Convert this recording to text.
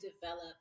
develop